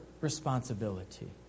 responsibility